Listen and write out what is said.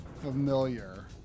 familiar